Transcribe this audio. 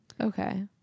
okay